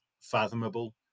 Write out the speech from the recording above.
fathomable